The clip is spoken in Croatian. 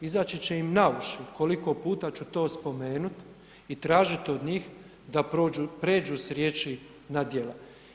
Izaći će im na uši koliko puta ću to spomenut i tražit od njih da pređu s riječi na djela.